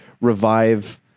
revive